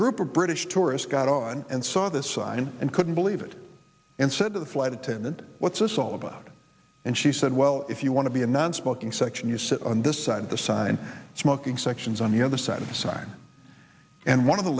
group of british tourists got on and saw this sign and couldn't believe it and said to the flight attendant what's this all about and she said well if you want to be a nonsmoking section you sit on this side the sign smoking sections on the other side of the sign and one of the